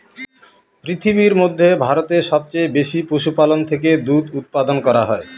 পৃথিবীর মধ্যে ভারতে সবচেয়ে বেশি পশুপালন থেকে দুধ উপাদান করা হয়